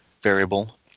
variable